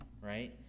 right